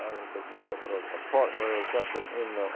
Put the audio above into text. and what they called it but a ah partner, or something, in